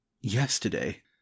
yesterday